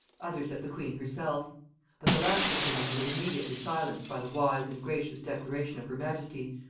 others at the queen herself but the last opinion was immediately silenced by the wise and gracious declaration of her majesty,